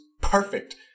perfect